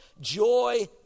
joy